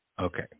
Okay